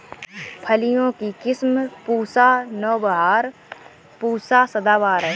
फलियों की किस्म पूसा नौबहार, पूसा सदाबहार है